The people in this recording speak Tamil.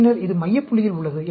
பின்னர் இது மைய புள்ளியில் உள்ளது